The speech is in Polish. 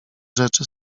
rzeczy